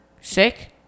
sick